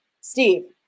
Steve